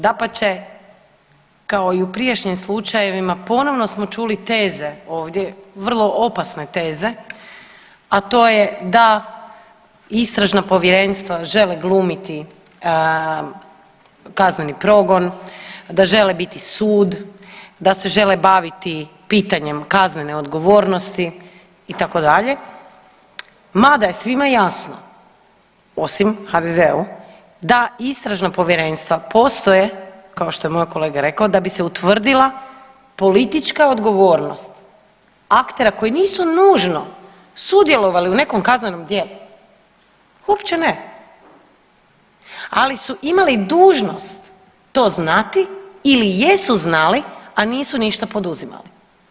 Dapače, kao i u prijašnjim slučajevima ponovo smo čuli teze ovdje vrlo opasne teze, a to je da istražna povjerenstva žele glumiti kazneni progon, da žele biti sud, da se žele baviti pitanjem kaznene odgovornosti itd., mada je svima jasno, osim HDZ-u, da istražna povjerenstva postoje kao što je moj kolega rekao, da bi se utvrdila politička odgovornost aktera koji nisu nužno sudjelovali u nekom kaznenom djelu, uopće ne, ali su imali dužnost to znati ili jesu znali, a nisu ništa poduzimali.